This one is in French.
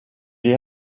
est